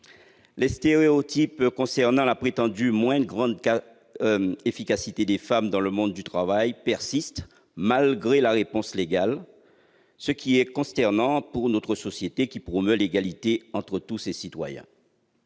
Les stéréotypes concernant la prétendue moindre efficacité des femmes dans le monde du travail persistent malgré la réponse légale. Une situation consternante pour notre société qui promeut l'égalité entre tous ses citoyens